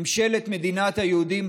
ממשלת מדינת היהודים,